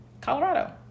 Colorado